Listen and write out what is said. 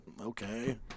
okay